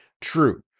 true